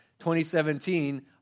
2017